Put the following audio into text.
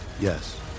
Yes